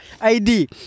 ID